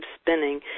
spinning